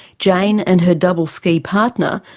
jane and her double ski partner,